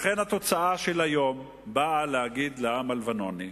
לכן, התוצאה של היום באה להגיד לעם הלבנוני: